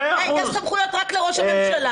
יש סמכויות רק לראש הממשלה.